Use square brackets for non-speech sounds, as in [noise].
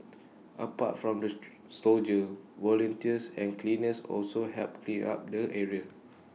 apart from the [noise] soldiers volunteers and cleaners also helped clean up the area